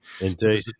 indeed